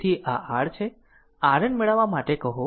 તેથી આ r છે RN મેળવવા માટે કહો